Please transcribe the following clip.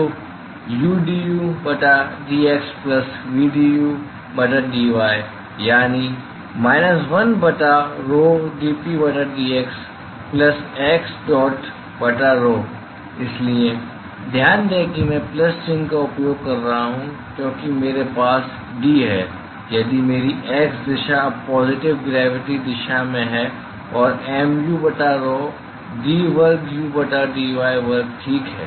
तो udu बटा dx plus vdu बटा dy यानी माइनस 1 बटा rho dP बटा dx प्लस x डॉट बटा rho इसलिए ध्यान दें कि मैं प्लस चिह्न का उपयोग कर रहा हूं क्योंकि मेरे पास d है यदि मेरी x दिशा अब पाॅज़िटिव ग्रेविटी दिशा में है और mu बटा rho d वर्ग u बटा dy वर्ग ठीक है